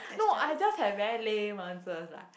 no I just have very lame answers lah